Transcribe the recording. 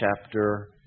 chapter